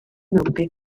gruppi